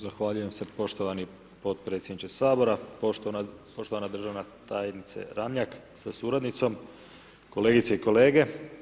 Zahvaljujem se poštovani potpredsjedniče Sabora, poštovana državna tajnice Ramljak, sa suradnicom, kolegice i kolege.